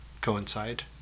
coincide